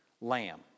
lamb